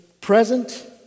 present